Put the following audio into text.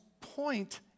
point